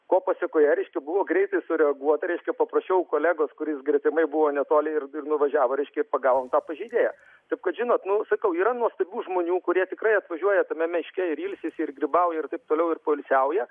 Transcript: ko pasekoje reiškia buvo greitai sureaguota reiškia paprašiau kolegos kuris gretimai buvo netoli ir nuvažiavo reiškia ir pagavom tą pažeidėją taip kad žinot nu sakau yra nuostabių žmonių kurie tikrai atvažiuoja tame miške ir ilsisi ir grybauja ir taip toliau ir poilsiauja